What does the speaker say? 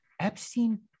Epstein